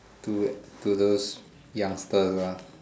to to those youngster ah